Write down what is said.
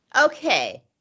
okay